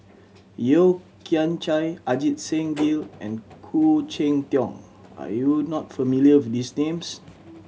Yeo Kian Chye Ajit Singh Gill and Khoo Cheng Tiong are you not familiar with these names